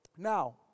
Now